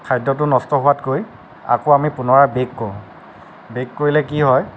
খাদ্যটো নষ্ট হোৱাতকৈ আকৌ আমি পুনৰ বেক কৰোঁ বেক কৰিলে কি হয়